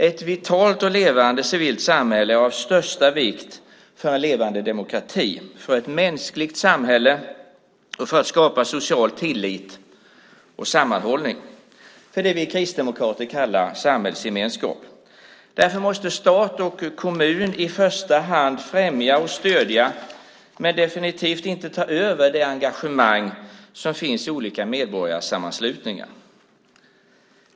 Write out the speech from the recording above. Ett vitalt och levande civilt samhälle är av största vikt för en levande demokrati, för ett mänskligt samhälle och för att skapa social tillit och sammanhållning för det som vi kristdemokrater kallar samhällsgemenskap. Därför måste stat och kommun i första hand främja och stödja men definitivt inte ta över det engagemang som finns i olika medborgarsammanslutningar.